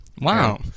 Wow